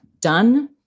done